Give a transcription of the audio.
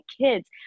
kids